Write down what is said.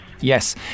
Yes